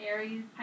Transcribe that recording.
Aries